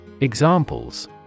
examples